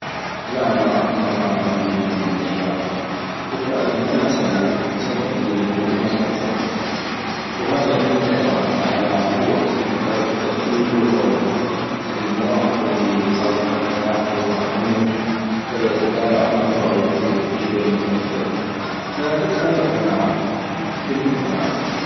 لا ما ما عندي ايمان بالاشباح - وفعلا اكو ناس تصدق بيهم واكو ناس ما تصدق - وهذا يعتمد طبعا على هو طريقة تفكيرو أو المواقف الي صادفا بحياتو - اكو من يتابع أفلام رعب كثيغ فشوية متأثر - فتبقى هي قناعات كلمن وقناعتو